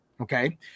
okay